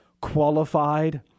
qualified